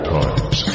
times